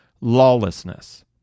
lawlessness